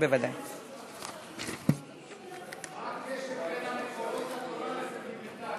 בין המקורות והתורה לבין סנטימנטליות?